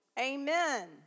Amen